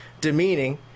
demeaning